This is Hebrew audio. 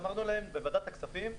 אמרנו להם בוועדת הכספים,